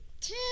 two